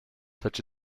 such